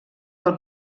del